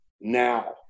now